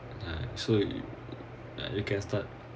uh so you can start